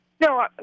No